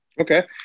Okay